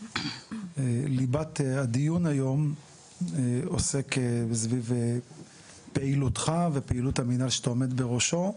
ליבת הדיון היום עוסק סביב פעילותך ופעילות המנהל שאתה עומד בראשו,